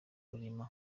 murima